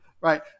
Right